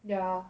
yeah